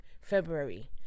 February